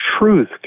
truth